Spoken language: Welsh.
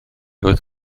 wrth